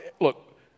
look